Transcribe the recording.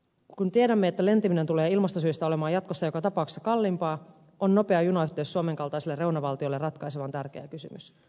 kun tiedämme että lentäminen tulee ilmastosyistä olemaan jatkossa joka tapauksessa kalliimpaa on nopea junayhteys suomen kaltaiselle reunavaltiolle ratkaisevan tärkeä kysymys